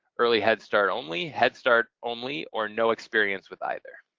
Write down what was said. early head start only, head start only, or no experience with either.